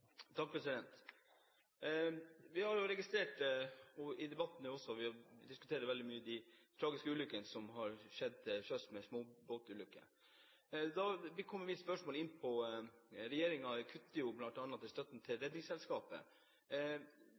Vi har registrert og også diskutert veldig mye de tragiske ulykker som har skjedd til sjøs med småbåter. Da kommer jeg i mitt spørsmål inn på at regjeringen kutter bl.a. i støtten til